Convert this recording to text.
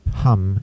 hum